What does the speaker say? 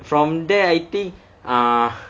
from there I think ah